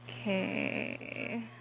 Okay